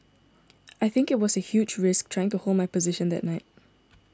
I think it was a huge risk trying to hold my position that night